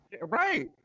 Right